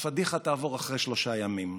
הפדיחה תעבור אחרי שלושה ימים.